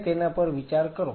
તેના પર વિચાર કરો